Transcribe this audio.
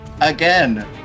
Again